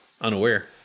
unaware